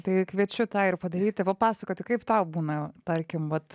tai kviečiu tą ir padaryti papasakoti kaip tau būna tarkim vat